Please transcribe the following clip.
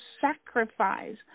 sacrifice